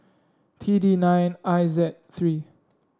T D nine I Z three